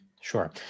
Sure